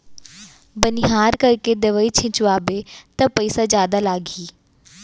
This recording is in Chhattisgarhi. बनिहार करके दवई छिंचवाबे त पइसा जादा लागही